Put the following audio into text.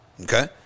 Okay